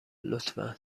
لطفا